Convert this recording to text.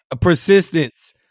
Persistence